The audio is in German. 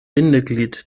bindeglied